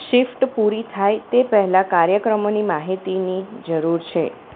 shift પૂરી થાય તે પહેલાં કાર્યક્રમોની મહિતીની જરૂર છે